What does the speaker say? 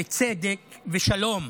צדק ושלום.